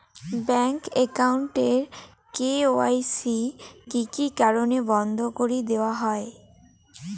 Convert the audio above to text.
Bank account এর KYC কি কি কারণে বন্ধ করি দেওয়া হয়?